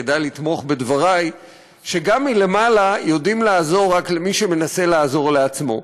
ידע לתמוך בדברי: גם מלמעלה יודעים לעזור רק למי שמנסה לעזור לעצמו.